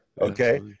Okay